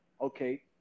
okay